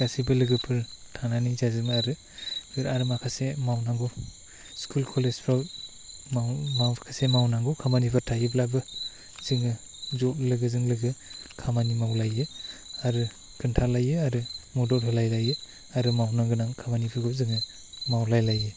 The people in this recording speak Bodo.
गासिबो लोगोफोर थानानै जाजोबो आरो आरो माखासे मावनांगौ स्कुल कलेज फ्राव माखासे मावनांगौ खामानिफोर थायोब्लाबो जोङो ज' लोगोजों लोगो खामानि मावलायो आरो खोन्थालायो आरो मदद होलाय लायो आरो मावनो गोनां खामानिफोरखौ जोङो मावलाय लायो